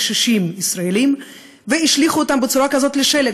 קשישים בישראל והשליכה אותם בצורה כזאת לשלג,